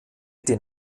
den